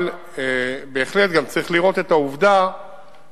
אבל בהחלט, גם צריך לראות את העובדה שעדיין